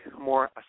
more